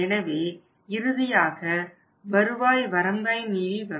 எனவே இறுதியாக வருவாய் வரம்பை மீறி வரும்